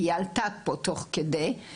כי היא עלתה פה תוך כדי,